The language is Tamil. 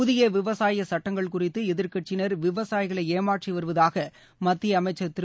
புதிய விவசாய சுட்டங்கள் குறித்து எதிர்க்கட்சியினர் விவசாயிகளை ஏமாற்றி வருவதாக மத்திய ப அமைச்சர் திரு